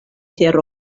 tero